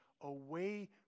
away